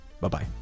Bye-bye